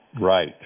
right